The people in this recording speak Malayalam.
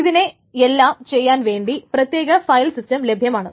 ഇതിനെ എല്ലാം ചെയ്യാൻ വേണ്ടി പ്രത്യേക ഫയൽ സിസ്റ്റം ലഭ്യമാണ്